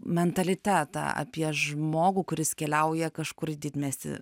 mentalitetą apie žmogų kuris keliauja kažkur į didmiestį